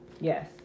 Yes